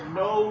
no